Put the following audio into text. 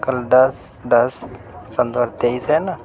کل دس دس پندرہ تیئس ہے نا